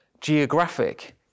geographic